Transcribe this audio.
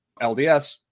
LDS